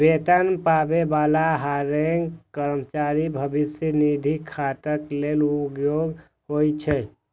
वेतन पाबै बला हरेक कर्मचारी भविष्य निधि खाताक लेल योग्य होइ छै